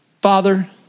Father